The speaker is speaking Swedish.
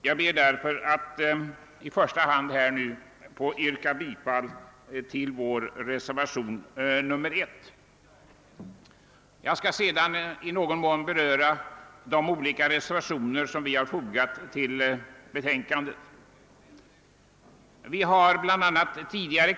Jag ber att i första hand nu få yrka bifall till vår reservation 1. Jag skall sedan i någon mån beröra de övriga reservationer som vi har fogat till bevillningsutskottets betänkande nr 40. Vi har tidigare bl.